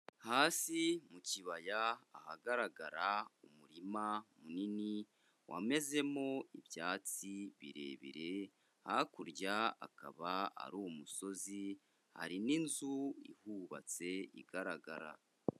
Hasi mu kibaya ahagaragara umurima munini wamezemo ibyatsi birebire, hakurya akaba ari umusozi hari n'inzu ihubatse igaragara.